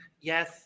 Yes